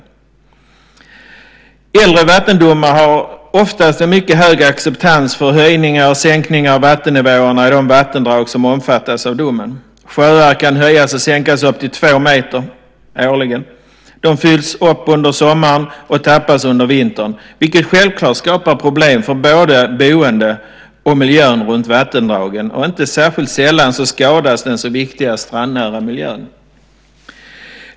I äldre vattendomar finns oftast en mycket hög acceptans för höjningar och sänkningar av vattennivåerna i de vattendrag som omfattas av domen. Sjöar kan höjas och sänkas upp till två meter årligen. De fylls på under sommaren och tappas under vintern, vilket självklart skapar problem för både boende och miljön runt vattendragen. Inte sällan skadas den så viktiga strandnära miljön.